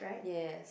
yes